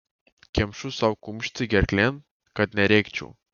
kemšu sau kumštį gerklėn kad nerėkčiau